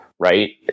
right